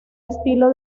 estilo